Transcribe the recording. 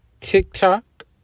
TikTok